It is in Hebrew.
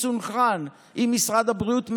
מסונכרן עם משרד הבריאות,